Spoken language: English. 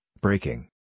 breaking